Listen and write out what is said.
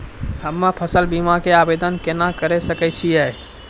हम्मे फसल बीमा के आवदेन केना करे सकय छियै?